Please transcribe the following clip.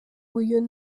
uyu